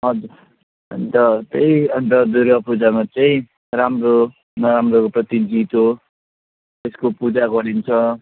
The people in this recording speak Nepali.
हजुर अनि त त्यही अनि त दुर्गा पूजामा चाहिँ राम्रो नराम्रोहरूप्रति जित हो त्यसको पूजा गरिन्छ